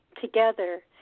together